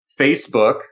Facebook